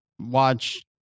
watch